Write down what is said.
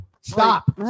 Stop